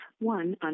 one